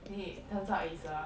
chey turns out it's a